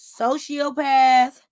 sociopath